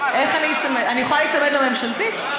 אני יכולה להיצמד לממשלתית?